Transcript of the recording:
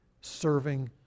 serving